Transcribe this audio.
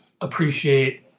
appreciate